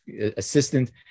assistant